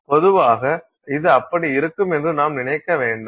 பொதுவாக இது அப்படி இருக்கும் என்று நாம் நினைக்க மாட்டோம்